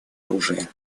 оружия